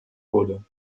wurde